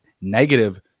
negative